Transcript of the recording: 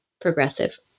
progressive